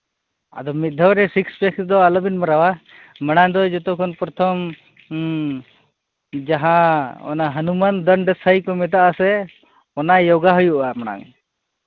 ᱟᱫᱚ ᱢᱤᱫ ᱫᱷᱟᱹᱣ ᱨᱮ ᱥᱤᱠᱥ ᱯᱮᱠ ᱫᱚ ᱟᱞᱚᱵᱤᱱ ᱢᱟᱨᱟᱣᱟ ᱢᱟᱲᱟᱝ ᱫᱚ ᱡᱚᱛᱚ ᱠᱷᱚᱱ ᱯᱨᱚᱛᱷᱚᱢ ᱦᱚᱸ ᱡᱟᱦᱟᱸ ᱚᱱᱟ ᱦᱚᱱᱩᱢᱟᱱ ᱫᱚᱱᱰᱚ ᱥᱟᱹᱭ ᱠᱚ ᱢᱮᱛᱟᱜ ᱟᱥᱮ ᱚᱱᱟ ᱡᱳᱜᱟ ᱦᱩᱭᱩᱜᱼᱟ ᱢᱟᱲᱟᱝ